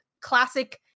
classic